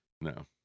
No